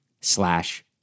slash